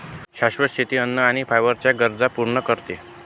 शाश्वत शेती अन्न आणि फायबर च्या गरजांना पूर्ण करते